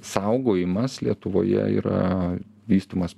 saugojimas lietuvoje yra vystomas